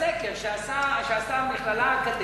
בסקר שעשתה המכללה האקדמית,